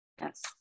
Yes